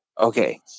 Okay